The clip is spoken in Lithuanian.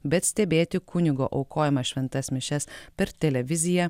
bet stebėti kunigo aukojamas šventas mišias per televiziją